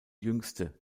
jüngste